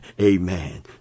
Amen